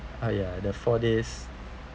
uh ya the four days